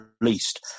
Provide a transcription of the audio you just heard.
released